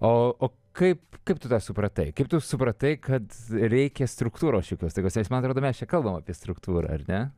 o o kaip kaip tu tą supratai kaip tu supratai kad reikia struktūros šiokios tokios man atrodo mes čia kalbam apie struktūrą ar ne